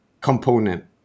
component